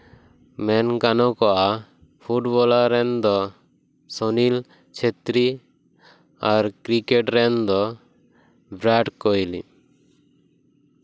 ᱢᱮᱱ ᱜᱟᱱᱚᱜᱚᱜᱼᱟ ᱯᱷᱩᱴᱵᱚᱞᱟᱨ ᱨᱮᱱ ᱫᱚ ᱥᱩᱱᱤᱞ ᱪᱷᱮᱛᱨᱤ ᱟᱨ ᱠᱨᱤᱠᱮᱴ ᱨᱮᱱ ᱫᱚ ᱵᱤᱨᱟᱴ ᱠᱳᱦᱚᱞᱤ